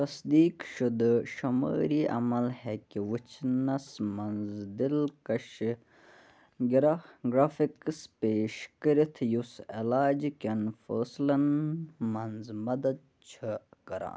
تصدیٖق شُدٕ شُمٲری عمل ہٮ۪کہِ وٕچھنَس منٛز دِلکَش گِرا گرٛافِکٕس پیش کٔرِتھ یُس علاجہِ کٮ۪ن فٲصلَن منٛزٕ مدتھ چھِ کران